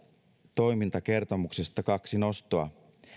toimintakertomuksesta kaksi nostoa